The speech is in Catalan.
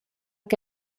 que